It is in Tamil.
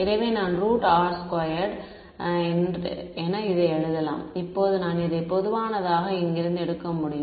எனவே நான் R2 என இதை எழுதலாம் இப்போது நான் இதை பொதுவானதாக இங்கிருந்து எடுக்க முடியும்